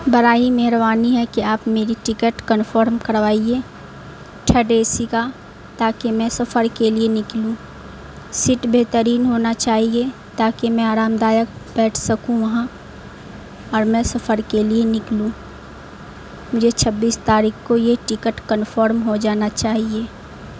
براہ مہربانی ہے کہ آپ میری ٹکٹ کنفرم کروائیے تھرڈ اے سی کا تاکہ میں سفر کے لیے نکلوں سیٹ بہترین ہونا چاہیے تاکہ میں آرام دایک بیٹھ سکوں وہاں اور میں سفر کے لیے نکلوں مجھے چھبیس تاریخ کو یہ ٹکٹ کنفرم ہو جانا چاہیے